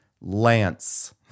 Lance